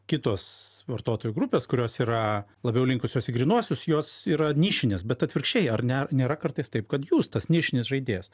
kitos vartotojų grupės kurios yra labiau linkusios į grynuosius jos yra nišinės bet atvirkščiai ar ne nėra kartais taip kad jūs tas nišinis žaidėjas